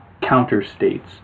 counter-states